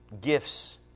gifts